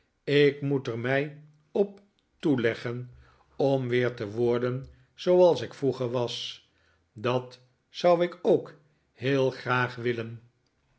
ik moet er mij op toeleggen om weer te worden zooals ik vroeger was dat zou ik ook heel graag willen